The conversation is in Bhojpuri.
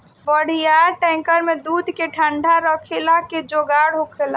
बड़ियार टैंकर में दूध के ठंडा रखले क जोगाड़ होला